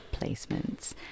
placements